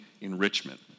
enrichment